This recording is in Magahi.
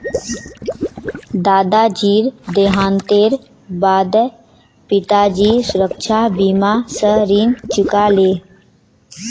दादाजीर देहांतेर बा द पिताजी सुरक्षा बीमा स ऋण चुका ले